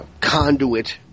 conduit